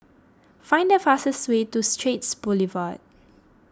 find the fastest way to Straits Boulevard